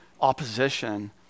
opposition